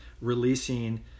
releasing